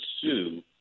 sue